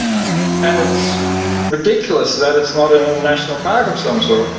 and it's ridiculous that it's not in a national park of some sort.